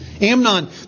Amnon